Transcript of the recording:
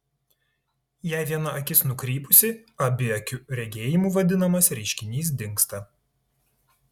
jei viena akis nukrypusi abiakiu regėjimu vadinamas reiškinys dingsta